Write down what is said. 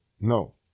No